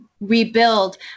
rebuild